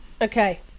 Okay